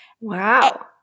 Wow